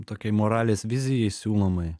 tokiai moralės vizijai siūlomai